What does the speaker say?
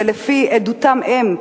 לפי עדותם הם,